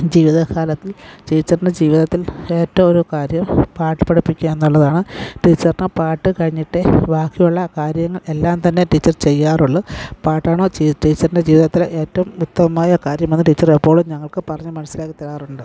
ജീവിതകാലത്തിൽ ടീച്ചറിൻ്റെ ജീവിത്തിൽ ഏറ്റവും ഒരു കാര്യം പാട്ടു പഠിപ്പിക്കുക എന്നുള്ളതാണ് ടീച്ചറിൻ്റെ പാട്ട് കഴിഞ്ഞിട്ടേ ബാക്കിയുള്ള കാര്യങ്ങൾ എല്ലാം തന്നെ ടീച്ചർ ചെയ്യാറുള്ളു പാട്ടാണോ ടീച്ചറിൻ്റെ ജീവിതത്തിലെ ഏറ്റവും ഉത്തമമായ കാര്യം അത് ടീച്ചർ എപ്പോഴും ഞങ്ങൾക്ക് പറഞ്ഞു മനസ്സിലാക്കി തരാറുണ്ട്